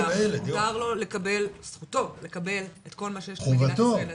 מותר לו לקבל את כל מה שיש למדינת ישראל להציע.